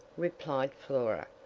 replied flora.